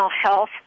health